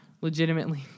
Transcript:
legitimately